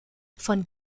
von